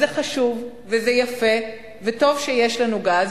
אז זה חשוב, וזה יפה וטוב שיש לנו גז,